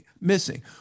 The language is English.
missing